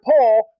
Paul